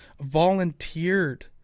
volunteered